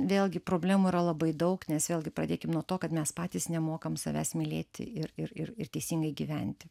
vėlgi problemų yra labai daug nes vėlgi pradėkim nuo to kad mes patys nemokam savęs mylėti ir ir ir ir teisingai gyventi